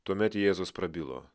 tuomet jėzus prabilo